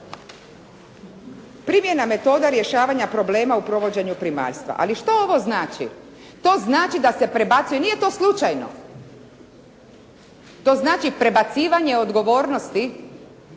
Primjena metoda rješavanja problema u provođenju primaljstva. Ali što ovo znači? To znači da se prebacuje, nije to slučajno. To znači prebacivanje odgovornosti